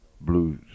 blues